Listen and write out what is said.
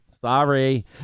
Sorry